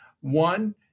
One